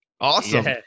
Awesome